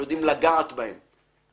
אנחנו יודעים לגעת בהם.